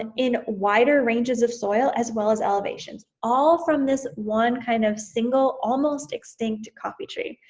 and in wider ranges of soil as well as elevation. all from this one, kind of single, almost extinct coffee tree.